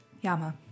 Yama